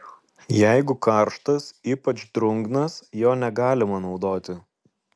jeigu karštas ypač drungnas jo negalima naudoti